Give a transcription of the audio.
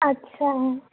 আচ্ছা